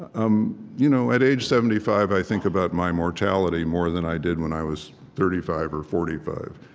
um you know at age seventy five, i think about my mortality more than i did when i was thirty five or forty five.